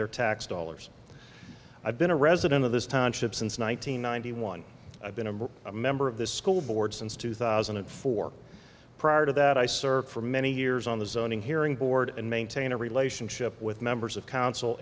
their tax dollars i've been a resident of this township since one nine hundred ninety one i've been a member of the school board since two thousand and four prior to that i served for many years on the zoning hearing board and maintain a relationship with members of council